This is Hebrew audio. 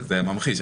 זה ממחיש.